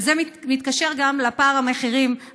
וזה מתקשר גם לפער המחירים,